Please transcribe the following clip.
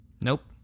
Nope